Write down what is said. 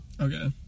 Okay